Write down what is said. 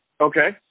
Okay